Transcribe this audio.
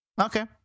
Okay